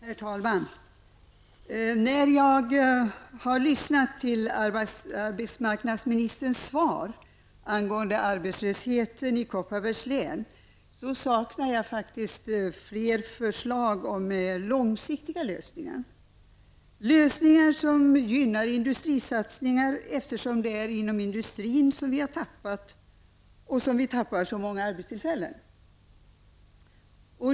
Herr talman! När jag har lyssnat till arbetsmarknadsministerns svar angående arbetslösheten i Kopparbergs län har jag saknat flera förslag till långsiktiga lösningar. Jag saknar lösningar som gynnar industrisatsningar, eftersom det är inom industrin som vi tappar och har tappat så många arbetstillfällen.